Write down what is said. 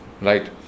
right